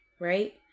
Right